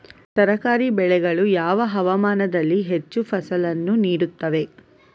ತರಕಾರಿ ಬೆಳೆಗಳು ಯಾವ ಹವಾಮಾನದಲ್ಲಿ ಹೆಚ್ಚು ಫಸಲನ್ನು ನೀಡುತ್ತವೆ?